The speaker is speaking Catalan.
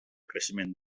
creixement